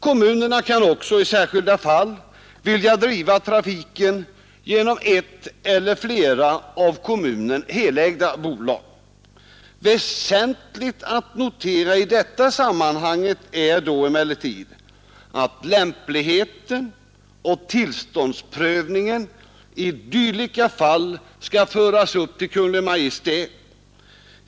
Kommunerna kan också i särskilda fall vilja driva trafiken genom ett eller flera av kommunen helägda bolag. Väsentligt att notera i detta sammanhang är då emellertid att lämpligheten och tillståndsprövningen i dylika fall skall föras upp till Kungl. Maj:t.